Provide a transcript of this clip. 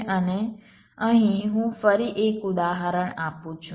અને અહીં હું ફરી એક ઉદાહરણ આપું છું